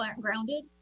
grounded